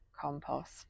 compost